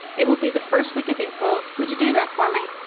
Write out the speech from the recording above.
it will be the first week of april. would you do that for me?